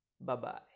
Bye-bye